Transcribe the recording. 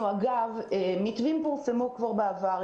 מתווים פורסמו כבר בעבר.